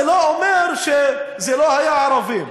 זה לא אומר שזה לא היו ערבים.